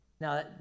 Now